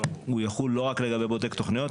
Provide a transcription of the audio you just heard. הוא יחול לא רק על בודק תוכניות,